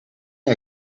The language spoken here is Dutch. een